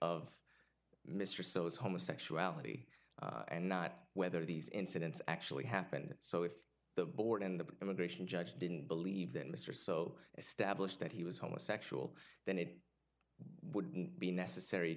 of mr sosa homosexuality and not whether these incidents actually happened so if the board and the immigration judge didn't believe that mr so established that he was homosexual then it would be necessary